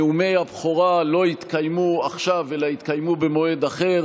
נאומי הבכורה לא יתקיימו עכשיו אלא יתקיימו במועד אחר,